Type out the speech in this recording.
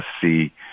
see